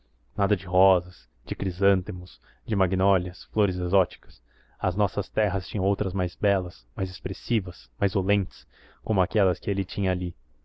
nada de rosas de crisântemos de magnólias flores exóticas as nossas terras tinham outras mais belas mais expressivas mais olentes como aquelas que ele tinha ali